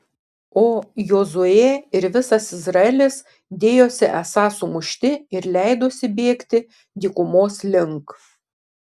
o jozuė ir visas izraelis dėjosi esą sumušti ir leidosi bėgti dykumos link